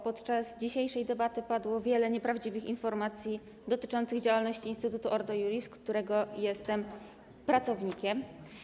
Podczas dzisiejszej debaty padło wiele nieprawdziwych informacji dotyczących działalności instytutu Ordo Iuris, którego jestem pracownikiem.